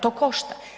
To košta.